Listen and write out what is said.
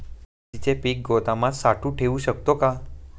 मिरचीचे पीक गोदामात साठवू शकतो का?